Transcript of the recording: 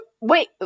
Wait